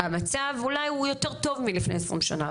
המצב הוא אולי יותר טוב מלפני עשרים שנה,